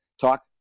talk